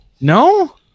No